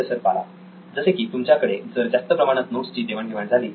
professor Bala जसे की तुमच्याकडे जर जास्त प्रमाणात नोट्सची देवाण घेवाण झाली